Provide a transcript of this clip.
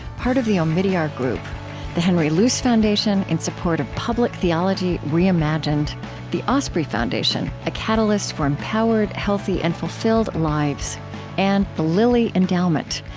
part of the omidyar group the henry luce foundation, in support of public theology reimagined the osprey foundation, a catalyst for empowered, healthy, and fulfilled lives and the lilly endowment,